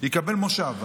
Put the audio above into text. יקבל מושב.